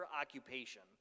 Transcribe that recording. occupation